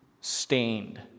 stained